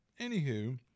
anywho